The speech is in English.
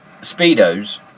speedos